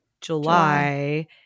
July